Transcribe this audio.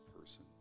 person